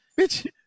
Bitch